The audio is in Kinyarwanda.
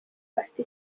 afite